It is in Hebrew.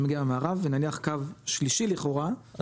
ונניח קו שלישי לכאורה של מי שתייה.